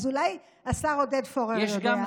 אז אולי השר עודד פורר יודע?